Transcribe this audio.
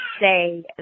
say